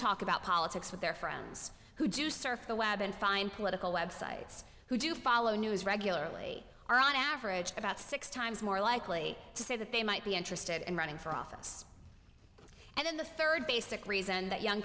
talk about politics with their friends who do surf the web and find political websites who do follow news regularly are on average about six times more likely to say that they might be interested in running for office and the third basic reason that young